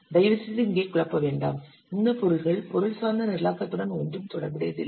தயவுசெய்து இங்கே குழப்ப வேண்டாம் இந்த பொருள்கள் பொருள் சார்ந்த நிரலாக்கத்துடன் ஒன்றும் தொடர்புடையது இல்லை